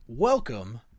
Welcome